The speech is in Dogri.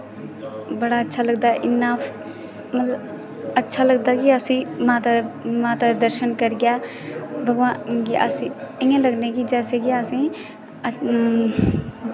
बड़ा अच्छा लगदा इन्ना मतलब अच्छा लगदा कि असेंगी माता दे माता दे दर्शन करियै भगवान गी अस इ'यां लगने कि जैसे कि असेंगी